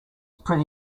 pretty